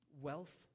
wealth